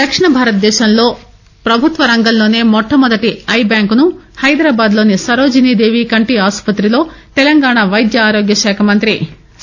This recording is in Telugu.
దక్షిణ భారతదేశంలో పభుత్వ రంగంలోనే మొట్టమొదటి ఐ బ్యాంక్ను హైదరాబాద్లోని సరోజినీదేవి కంటి ఆసుపత్రిలో తెలంగాణ వైద్య ఆరోగ్యశాఖ మంతి సి